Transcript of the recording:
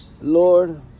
Lord